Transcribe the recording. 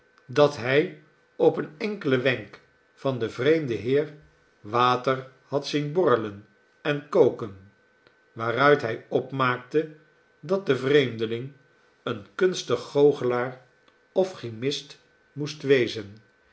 dat hij op een enkelen wenk van den vreemden heer water had zien borrelen en koken waaruit hij opmaakte dat de vreemdeling een kunstig goochelaar of chimist moest wezen